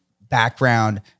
background